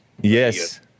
Yes